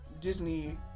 Disney